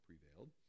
prevailed